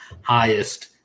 highest